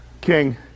King